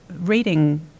Reading